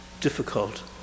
difficult